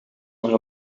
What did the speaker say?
maar